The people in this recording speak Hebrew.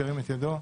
שירים את ידו.